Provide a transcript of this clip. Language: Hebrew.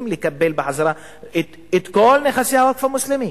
לקבל בחזרה את כל נכסי הווקף המוסלמי